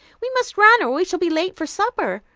we must run, or we shall be late for supper,